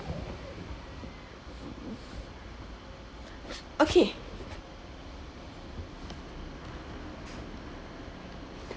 okay